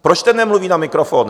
Proč ten nemluví na mikrofon?